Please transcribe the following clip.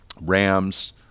rams